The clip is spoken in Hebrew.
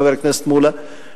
חבר הכנסת מולה,